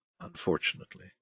unfortunately